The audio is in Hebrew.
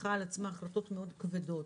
לקחה על עצמה החלטות מאוד כבדות.